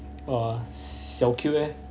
!wah! 小 cute eh